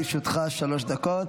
בבקשה, לרשותך שלוש דקות.